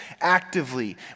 actively